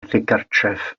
ddigartref